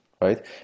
right